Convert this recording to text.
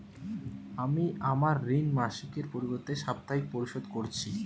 আমি আমার ঋণ মাসিকের পরিবর্তে সাপ্তাহিক পরিশোধ করছি